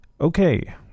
Okay